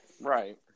Right